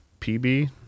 PB